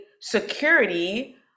security